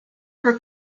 her